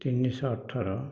ତିନିଶହ ଅଠର